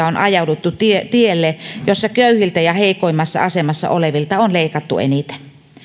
on ajauduttu tielle jossa köyhiltä ja heikoimmassa asemassa olevilta on leikattu eniten